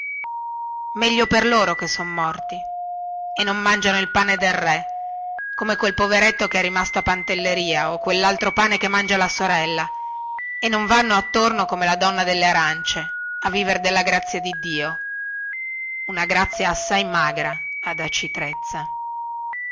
meglio per loro che son morti e non mangiano il pane del re come quel poveretto che è rimasto a pantelleria o quellaltro pane che mangia la sorella e non vanno attorno come la donna delle arancie a viver della grazia di dio una grazia assai magra ad aci trezza